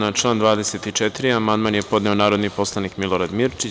Na član 24. amandman je podneo narodni poslanik Milorad Mirčić.